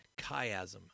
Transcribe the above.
chiasm